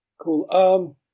Cool